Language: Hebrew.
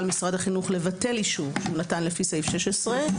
משרד החינוך לבטל אישור שהוא נתן לפי סעיף 16,